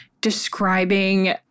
describing